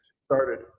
started